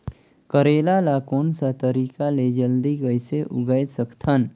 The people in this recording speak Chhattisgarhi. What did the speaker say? करेला ला कोन सा तरीका ले जल्दी कइसे उगाय सकथन?